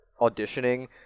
auditioning